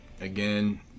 Again